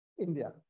India